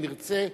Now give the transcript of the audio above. אם ירצה.